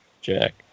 Jack